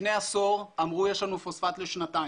לפני עשור אמרו 'יש לנו פוספט לשנתיים'.